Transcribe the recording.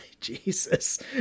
Jesus